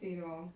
对 lor